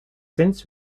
since